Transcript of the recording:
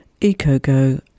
EcoGo